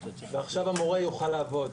ועכשיו המורה יוכל לעבוד.